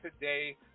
today